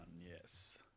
Yes